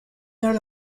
learn